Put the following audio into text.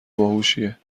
هوشیه